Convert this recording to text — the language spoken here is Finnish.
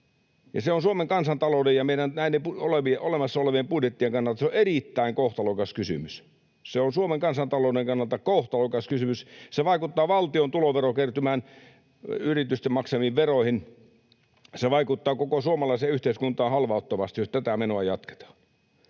se on Suomen kansantalouden ja näiden olemassa olevien budjettien kannalta erittäin kohtalokas kysymys. Se on Suomen kansantalouden kannalta kohtalokas kysymys. Se vaikuttaa valtion tuloverokertymään, yritysten maksamiin veroihin. Se vaikuttaa koko suomalaiseen yhteiskuntaan halvaannuttavasti, jos tätä menoa jatketaan.